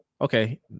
okay